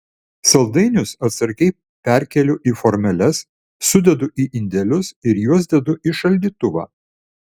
saldainius atsargiai perkeliu į formeles sudedu į indelius ir juos dedu į šaldytuvą